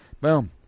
Boom